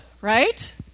right